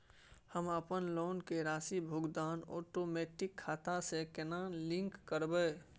हम अपन लोन के राशि भुगतान ओटोमेटिक खाता से केना लिंक करब?